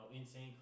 Insane